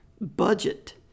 budget